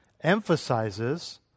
emphasizes